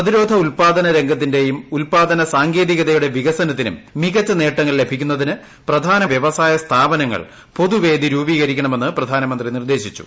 പ്രതിരോധ ഉൽപാദന രംഗത്തിന്റേയും ഉല്പാദന സാങ്കേതികതയുടെ വികസനത്തിനും മികച്ച നേട്ടങ്ങൾ ലഭിക്കുന്നതിന് പ്രധാന വ്യവസായ സ്ഥാപനങ്ങൾ പൊതുവേദി പ്രധാനമന്ത്രി നിർദ്ദേശിച്ചു